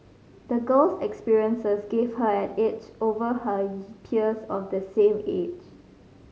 the girl's experiences gave her an edge over her peers of the same age